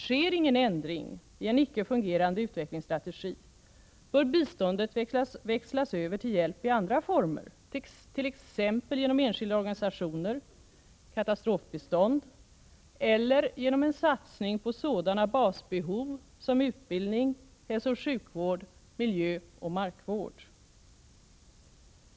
Sker ingen ändring i en ickefungerande utvecklingsstrategi, bör biståndet växlas över till hjälp i andra former, t.ex. genom enskilda organisationer, katastrofbistånd eller genom en satsning på sådana basbehov som utbildning, hälsooch sjukvård samt miljöoch markvård.